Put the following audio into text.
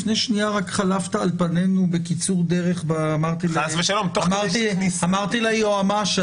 לפני שניה רק חלפת על פנינו בקיצור דרך ואמרתי ליועץ המשפטי